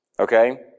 Okay